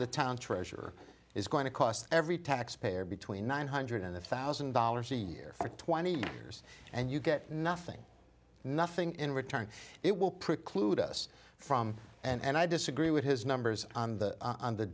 the town treasure is going to cost every taxpayer between one hundred thousand dollars a year for twenty years and you get nothing nothing in return it will preclude us from and i disagree with his numbers on the on the